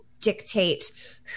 dictate